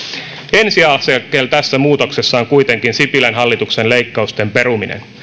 ensiaskel tässä muutoksessa on kuitenkin sipilän hallituksen leikkausten peruminen